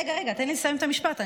רגע, תן לי לסיים את המשפט.